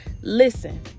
Listen